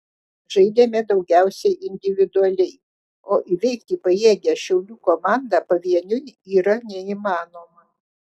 žaidėme daugiausiai individualiai o įveikti pajėgią šiaulių komandą pavieniui yra neįmanoma